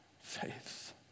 faith